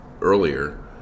earlier